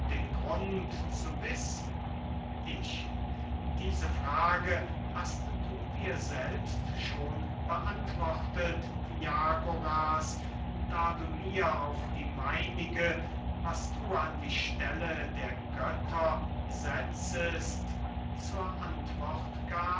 den grund zu wissen ich diese frage hast du dir selbst schon beantwortet diagoras da du mir auf die meinige was du an die stelle der götter setzest zur antwort gabst